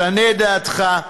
שנה את דעתך.